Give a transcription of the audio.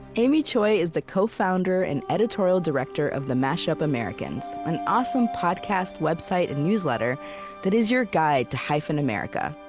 amy s. choi is the co-founder and editorial director of the mash-up americans, an awesome podcast, website, and newsletter that is your guide to hyphen america.